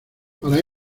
para